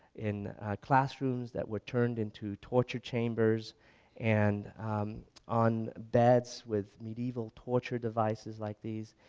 in classrooms that were turned into torture chambers and on beds with medieval torture devices like these.